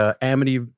Amity